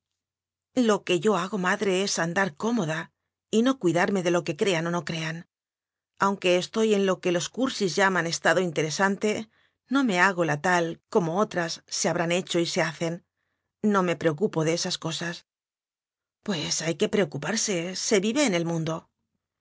lo que yo hago madre es andar có moda y no cuidarme de lo que crean o no crean aunque estoy en lo que los cursis llaman estado interesante no me hago la tal como otras se habrán hecho y se hacen no me preocupo de esas cosas pues hay que preocuparse se vive en el mundo